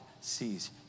sees